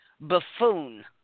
buffoon